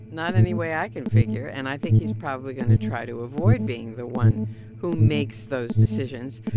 not any way i can figure, and i think he's probably going to try to avoid being the one who makes those decisions.